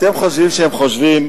אתם חושבים שהם חושבים